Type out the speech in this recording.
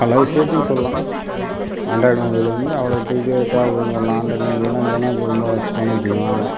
பல விசயத்துக்கு சொல்லாம் ஆண்ட்ராய்டு மொபைல் வந்து அவ்வளோதுக்கு தேவைப்படுதுனு சொல்லாம் ஆண்ட்ராய்டு மொபைல் இல்லைனா இப்போது ரொம்ப கஷ்டம்னு வைச்சிகோங்களேன்